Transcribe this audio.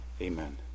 Amen